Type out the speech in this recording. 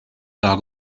klar